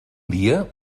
dia